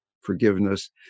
forgiveness